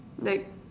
like